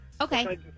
okay